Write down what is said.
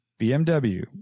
BMW